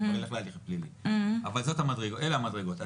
אבל אלה המדרגות: התראה,